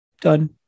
done